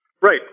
Right